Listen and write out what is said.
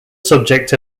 subject